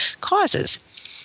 causes